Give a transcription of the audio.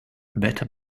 better